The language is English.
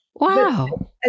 Wow